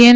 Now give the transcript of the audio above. N